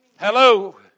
Hello